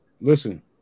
listen